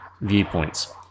viewpoints